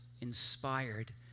inspired